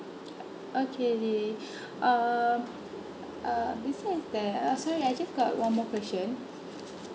okay lily um uh besides that uh sorry I just got one more question